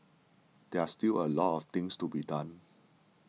there are still a lot of things to be done